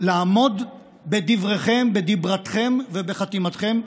לעמוד בדבריכם, בדברתכם ובחתימתכם.